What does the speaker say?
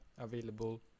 available